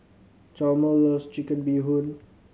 Chalmer loves Chicken Bee Hoon